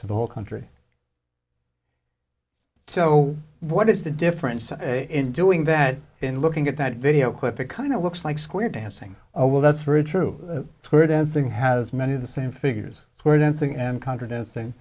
to the whole country so what is the difference in doing that and looking at that video clip it kind of looks like square dancing oh well that's very true it's where dancing has many of the same figures for dancing